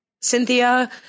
Cynthia